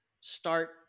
start